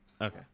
Okay